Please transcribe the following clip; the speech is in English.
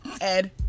Ed